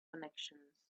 connections